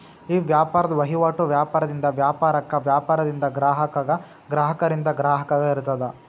ಈ ವ್ಯಾಪಾರದ್ ವಹಿವಾಟು ವ್ಯಾಪಾರದಿಂದ ವ್ಯಾಪಾರಕ್ಕ, ವ್ಯಾಪಾರದಿಂದ ಗ್ರಾಹಕಗ, ಗ್ರಾಹಕರಿಂದ ಗ್ರಾಹಕಗ ಇರ್ತದ